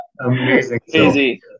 Amazing